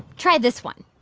try this one